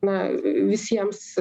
na visiems